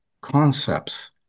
concepts